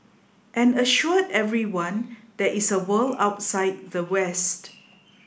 and assured everyone there is a world outside the west